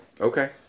Okay